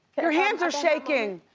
your hands are shaking.